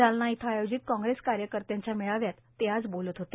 जालना इथं आयोजित काँग्रेस कार्यकर्त्यांच्या मेळाव्यात ते आज बोलत होते